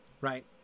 right